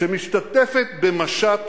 שמשתתפת במשט פרובוקציה,